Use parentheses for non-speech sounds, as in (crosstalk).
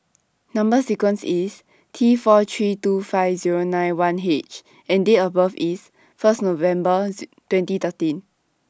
Number sequence IS T four three two five Zero nine one H and Date of birth IS First November (unintelligible) twenty thirteen